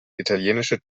italienische